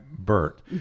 Bert